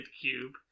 cube